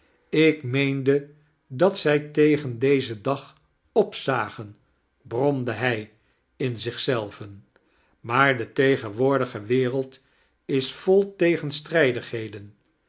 ik meende dat zij tegen dezen dag opzagen hromde hij in zich zelven maar de tegenwoordige wereld is vol